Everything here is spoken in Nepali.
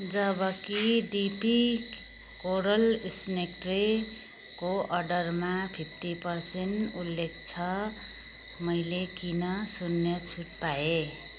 जब कि डिपी कोरल स्न्याक ट्रेको अर्डरमा फिफ्टी परसेन्ट उल्लेख छ मैले किन शून्य छुट पाएँ